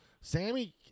Sammy